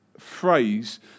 phrase